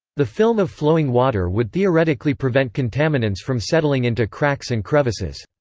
the film of flowing water would theoretically prevent contaminants from settling into cracks and crevices.